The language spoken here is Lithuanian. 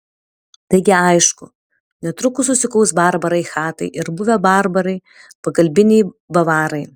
taigi aišku netrukus susikaus barbarai chatai ir buvę barbarai pagalbiniai bavarai